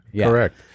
Correct